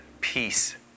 peace